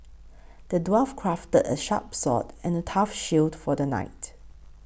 the dwarf crafted a sharp sword and a tough shield for the knight